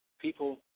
People